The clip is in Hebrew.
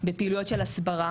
בפעילויות של הסברה